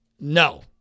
No